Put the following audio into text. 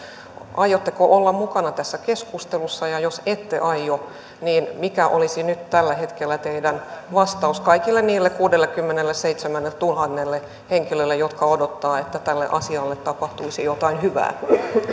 aiotteko olla mukana tässä keskustelussa ja jos ette aio niin mikä olisi nyt tällä hetkellä teidän vastauksenne kaikille niille kuudellekymmenelleseitsemälletuhannelle henkilölle jotka odottavat että tälle asialle tapahtuisi jotain hyvää